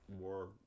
more